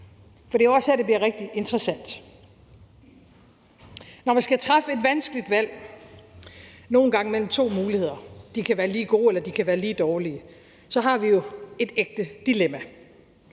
For det er jo også her, det bliver rigtig interessant. Når man skal træffe et vanskeligt valg, nogle gange mellem to muligheder, der kan være lige gode eller lige dårlige, så har vi jo et ægte dilemma.